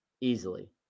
easily